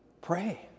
Pray